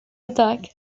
attack